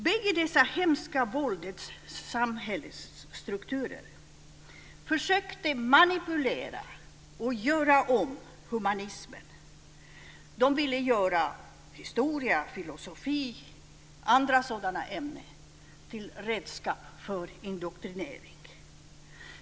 Bägge dessa hemska våldets samhällsstrukturer försökte manipulera och göra om humanismen. De ville göra historia och filosofi och andra sådana ämnen till redskap för indoktrinering.